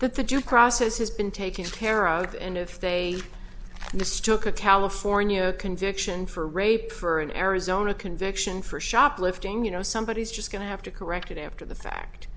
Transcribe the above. that the due process has been taken care of and if they mistook a california conviction for rape for an arizona conviction for shoplifting you know somebody is just going to have to correct it after the fact